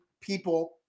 people